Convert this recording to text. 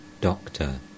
Doctor